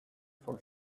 for